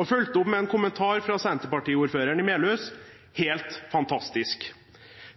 og fulgte opp med en kommentar fra Senterparti-ordføreren i Melhus: «Helt fantastisk».